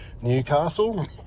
Newcastle